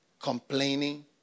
complaining